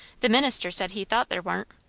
the minister said he thought there warn't.